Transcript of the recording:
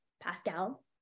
Pascal